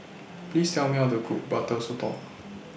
Please Tell Me How to Cook Butter Sotong